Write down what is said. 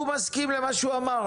הוא מסכים למה שהוא אמר,